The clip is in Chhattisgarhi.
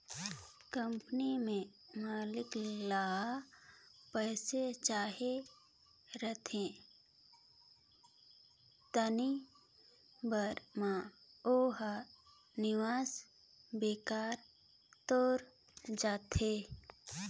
कंपनी में मालिक ल पइसा चाही रहथें तेन बेरा म ओ ह निवेस बेंकर तीर जाथे